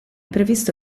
previsto